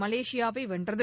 மலேசியாவை வென்றது